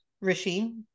Rishi